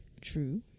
true